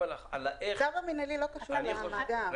הצו המינהלי לא קשור למאגר.